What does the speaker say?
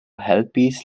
helpis